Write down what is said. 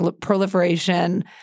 proliferation